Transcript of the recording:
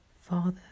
father